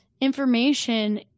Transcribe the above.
information